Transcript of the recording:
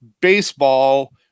baseball